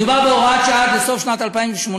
מדובר בהוראת שעה עד סוף שנת 2018,